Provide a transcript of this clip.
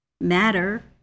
Matter